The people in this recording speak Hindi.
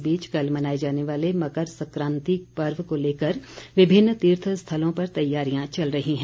इस बीच कल मनाए जाने वाले मकर संक्रांति पर्व को लेकर विभिन्न तीर्थ स्थलों पर तैयारियां चल रही है